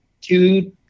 two